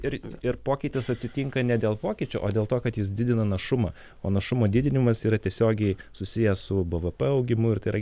ir ir pokytis atsitinka ne dėl pokyčio o dėl to kad jis didina našumą o našumo didinimas yra tiesiogiai susijęs su b v p augimu ir tai yra